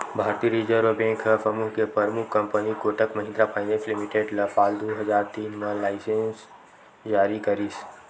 भारतीय Reserve Bank ह समूह के परमुख company Kotak Mahindra Finance Limited ल साल दू हजार तीन म लाइनेंस जारी करिस